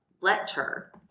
letter